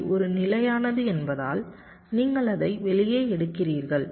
VDD ஒரு நிலையானது என்பதால் நீங்கள் அதை வெளியே எடுக்கிறீர்கள்